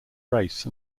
race